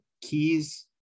keys